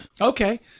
Okay